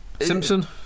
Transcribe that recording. Simpson